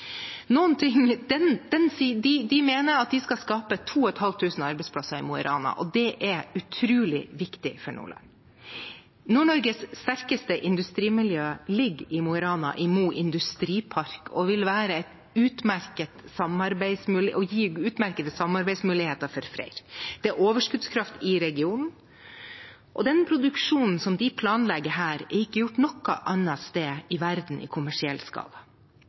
De mener at de skal skape 2 500 arbeidsplasser i Mo i Rana, og det er utrolig viktig for Nordland. Nord-Norges sterkeste industrimiljø ligger i Mo Industripark i Mo i Rana og vil gi utmerkede samarbeidsmuligheter for FREYR. Det er overskuddskraft i regionen, og den produksjonen de planlegger her, er ikke gjort noe annet sted i verden i kommersiell